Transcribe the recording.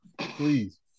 Please